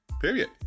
Period